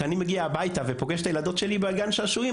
כשאני מגיע הביתה ופוגש את הילדות שלי בגן השעשועים,